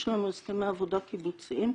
יש לנו הסכמי עבודה קיבוציים,